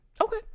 okay